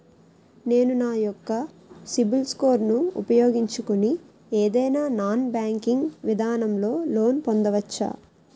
నేను నా యెక్క సిబిల్ స్కోర్ ను ఉపయోగించుకుని ఏదైనా నాన్ బ్యాంకింగ్ విధానం లొ లోన్ పొందవచ్చా?